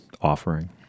offering